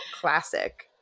classic